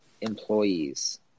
employees